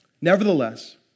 Nevertheless